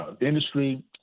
industry